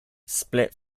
split